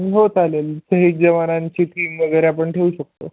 हो चालेल शहीद जवानांची टीम वगैरे आपण ठेऊ शकतो